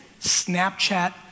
Snapchat